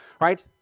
right